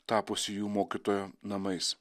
tapusį jų mokytojo namais